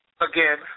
again